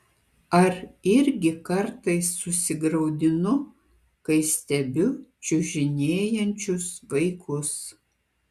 ar irgi kartais susigraudinu kai stebiu čiužinėjančius vaikus